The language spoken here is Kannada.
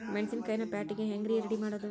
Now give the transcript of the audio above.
ಮೆಣಸಿನಕಾಯಿನ ಪ್ಯಾಟಿಗೆ ಹ್ಯಾಂಗ್ ರೇ ರೆಡಿಮಾಡೋದು?